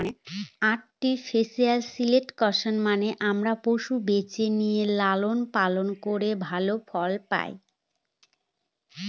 artificial selection মানে আমরা পশু বেছে নিয়ে লালন পালন করে ভালো ফল পায়